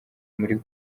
muri